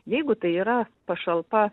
jeigu tai yra pašalpa